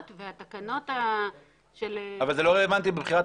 זה אישור של מליאה.